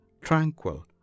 tranquil